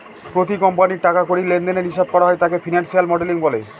প্রতি কোম্পানির টাকা কড়ি লেনদেনের হিসাব করা হয় যাকে ফিনান্সিয়াল মডেলিং বলে